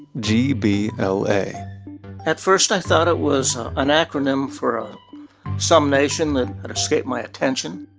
g b l a at first, i thought it was an acronym for some nation that had escaped my attention